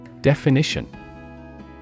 Definition